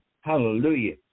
hallelujah